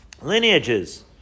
lineages